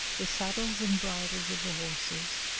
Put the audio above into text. the saddles and bridles of the horses,